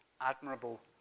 admirable